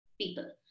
people